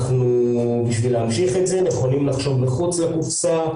אנחנו בשביל להמשיך את זה מוכנים לחשוב מחוץ לקופסה,